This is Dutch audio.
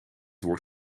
woord